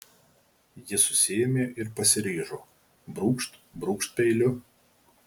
ji susiėmė ir pasiryžo brūkšt brūkšt peiliu